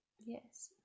Yes